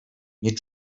nie